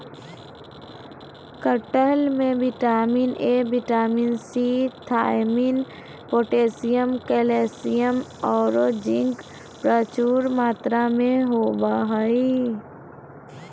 कटहल में vitamin A, vitamin C, thiamine, potassium, calcium औरो जिंक प्रचुर मात्रा में होबा हइ